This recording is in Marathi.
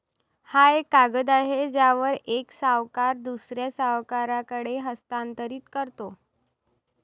हा एक कागद आहे ज्यावर एक सावकार दुसऱ्या सावकाराकडे हस्तांतरित करतो